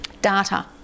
Data